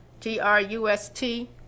T-R-U-S-T